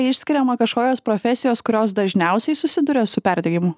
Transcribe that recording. išskiriama kažkokios profesijos kurios dažniausiai susiduria su perdegimu